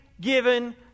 given